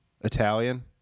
Italian